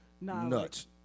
nuts